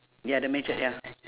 ya the machete ya